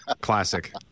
Classic